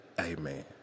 Amen